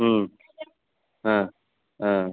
ம் ஆ ஆ